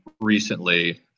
recently